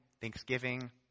thanksgiving